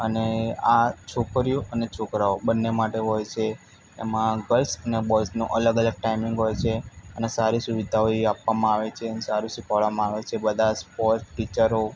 અને આ છોકરીઓ અને છોકરાઓ બંને માટે હોય છે એમાં ગર્લ્સને બોય્ઝનો અલગ અલગ ટાઈમિંગ હોય છે અને સારી સુવિધાઓ એ આપવામાં આવે છે ને સારું શીખવાડવામાં આવે છે બધા સ્પોસ ટીચરો